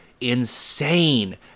insane